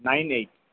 nine eight